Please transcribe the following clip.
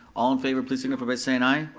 all in favor please signify by saying aye.